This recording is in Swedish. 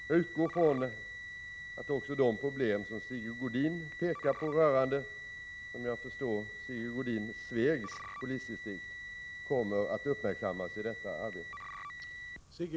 Jag utgår från att också de problem som Sigge Godin pekar på rörande — som jag förstår Sigge Godin — Svegs polisdistrikt kommer att uppmärksammas i detta arbete.